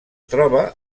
troba